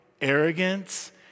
arrogance